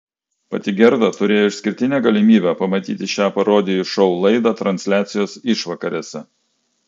pati gerda turėjo išskirtinę galimybę pamatyti šią parodijų šou laidą transliacijos išvakarėse